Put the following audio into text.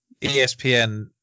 ESPN